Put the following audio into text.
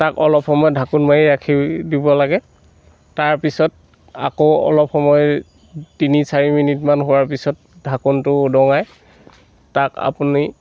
তাক অলপ সময় ঢাকোন মাৰি ৰাখি দিব লাগে তাৰপিছত আকৌ অলপ সময় তিনি চাৰি মিনিটমান হোৱাৰ পাছত ঢাকোনটো উদঙাই তাক আপুনি